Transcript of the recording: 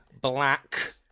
black